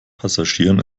passagieren